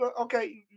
okay